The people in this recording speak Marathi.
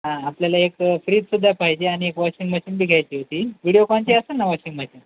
हा आपल्याला एक फ्रीजसुद्धा पाहिजे आणि एक वॉशिंग मशीन बी घायची होती व्हिडीओ कॉनची असं ना वॉशिंग मशीन